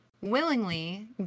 willingly